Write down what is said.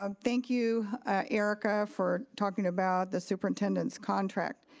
um thank you erika for talking about the superintendent's contract.